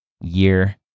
year